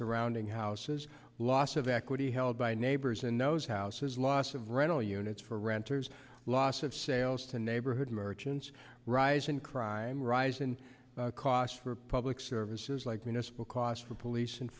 surrounding houses loss of equity held by neighbors and those houses loss of rental units for renters loss of sales to neighborhood merchants rise in crime rising costs for public services like municipal costs for police and